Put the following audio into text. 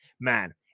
man